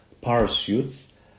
parachutes